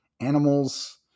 animals